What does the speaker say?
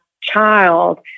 child